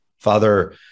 Father